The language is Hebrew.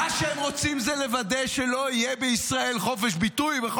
אתם לא באמת חושבים שהם יעצרו בתאגיד ובעיתון הארץ,